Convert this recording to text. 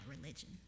religion